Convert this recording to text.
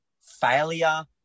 failure